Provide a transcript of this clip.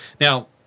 Now